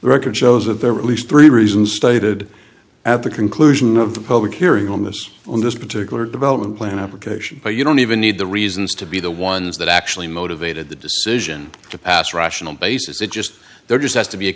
the record shows that there were at least three reasons stated at the conclusion of the public hearing on this on this particular development plan application but you don't even need the reasons to be the ones that actually motivated the decision to pass rational basis it just there just has to be a